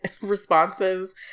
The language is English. responses